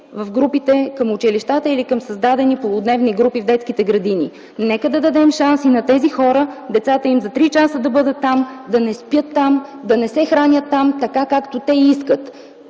в групите към училищата или към създадени полудневни групи в детските градини. Нека да дадем шанс и на тези хора децата им за три часа да бъдат там, да не спят там, да не се хранят там така, както те искат.